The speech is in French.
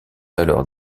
alors